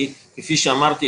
כי כפי שאמרתי,